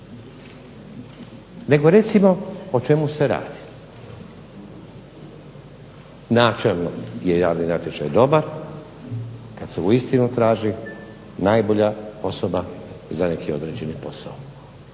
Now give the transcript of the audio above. Nego recimo o čemu se radi. Načelno je javni natječaj dobar kada se uistinu traži najbolja osoba za određeni posao